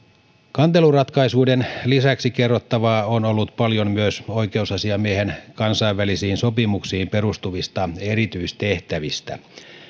kanteluratkaisuiden lisäksi kerrottavaa on ollut paljon myös oikeusasiamiehen kansainvälisiin sopimuksiin perustuvista erityistehtävistä